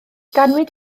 ganwyd